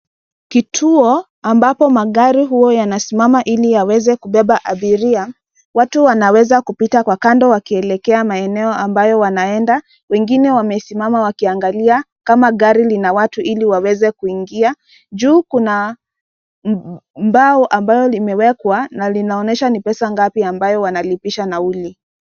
Kituo ambapo magari huwa yanasimama ili yaweze kubeba abiria. Watu wanaweza kupita kwa kando wakielekea maeneo ambayo wanaenda. Wengine wamesimama wakiangalia kama gari lina watu ili waweze kuingia. Juu kuna mbao ambayo limewekwa na linaonyesha ni pesa ngapi ambayo wanalipisha nauli.